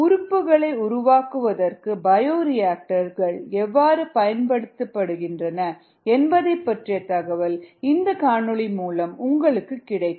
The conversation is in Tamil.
உறுப்புகளை உருவாக்குவதற்கு பயோரியாக்டர்கள் எவ்வாறு பயன்படுத்தப்படுகின்றன என்பதை பற்றிய தகவல் இந்த காணொளி மூலம் உங்களுக்கு கிடைக்கும்